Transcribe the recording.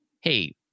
hey